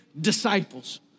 disciples